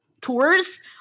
tours